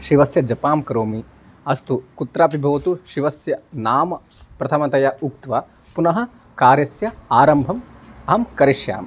शिवस्य जपः करोमि अस्तु कुत्रापि भवतु शिवस्य नाम प्रथमतया उक्त्वा पुनः कार्यस्य आरम्भम् अहं करिष्यामि